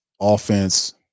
offense